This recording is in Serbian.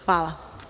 Hvala.